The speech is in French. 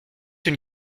une